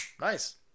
nice